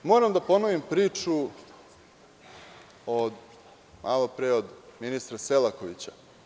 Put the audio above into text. Moram da pomenem priču od malo pre od ministra Selakovića.